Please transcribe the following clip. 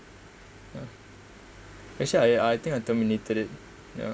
ya actually I I think I terminated it ya